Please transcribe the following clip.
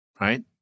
right